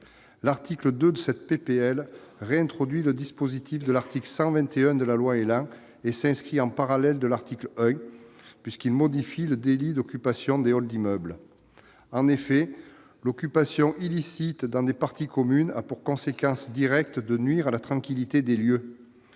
L'article 2 de cette proposition de loi réintroduit le dispositif de l'article 121 de la loi ÉLAN et s'inscrit en parallèle de l'article 1, puisqu'il modifie le délit d'occupation des halls d'immeubles. En effet, l'occupation illicite de parties communes a pour conséquence directe de nuire à la tranquillité des lieux.